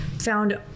found